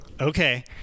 okay